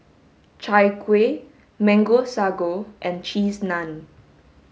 chai kueh mango sago and cheese naan